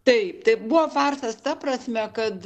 taip tai buvo farsas ta prasme kad